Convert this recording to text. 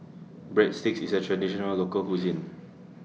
Breadsticks IS A Traditional Local Cuisine